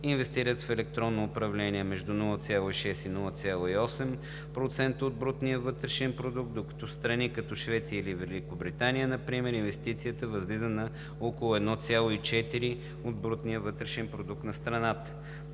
инвестират в електронното управление около 0,6% – 0,8% от брутния вътрешен продукт, докато страни като Швеция и Великобритания инвестират около 1,4% от брутния вътрешен продукт на страната.